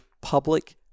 public